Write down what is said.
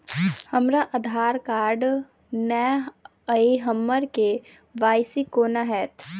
हमरा आधार कार्ड नै अई हम्मर के.वाई.सी कोना हैत?